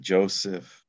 Joseph